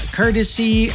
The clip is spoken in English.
courtesy